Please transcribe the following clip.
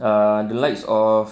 ah the likes of